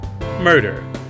Murder